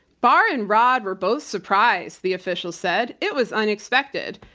barr and rod were both surprised, the official said. it was unexpected.